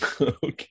Okay